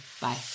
Bye